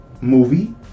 Movie